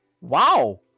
Wow